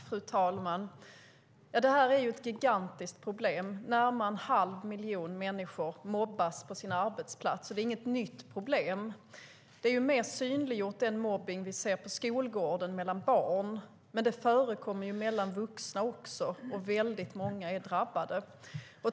Fru talman! Detta är ett gigantiskt problem. Närmare en halv miljon människor mobbas på sina arbetsplatser. Det är inget nytt problem. Den mobbning vi ser på skolgården mellan barn är mer synliggjord. Men mobbning förekommer mellan vuxna också, och väldigt många är drabbade.